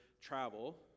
travel